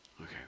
Okay